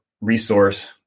resource